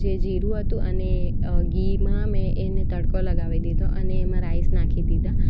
જે જીરું હતું અને ઘીમાં મેં એને તડકો લગાવી દીધો અને એમાં રાઈસ નાખી દીધા